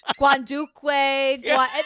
guanduque